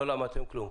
לא למדתם כלום.